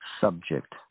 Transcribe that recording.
subject